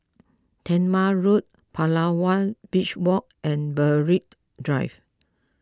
Talma Road Palawan Beach Walk and Berwick Drive